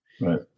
right